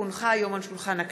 כי הונחה היום על שולחן הכנסת,